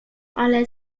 ale